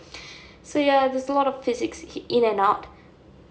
so ya there's a lot of physics in and out